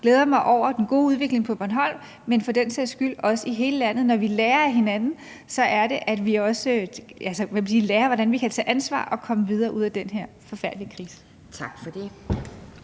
glæder mig over den gode udvikling på Bornholm, men for den sags skyld også i hele landet. Når vi lærer af hinanden, er det, vi også lærer, hvordan vi kan tage ansvar og komme videre og ud af den her forfærdelige krise. Tak. Kl.